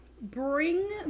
bring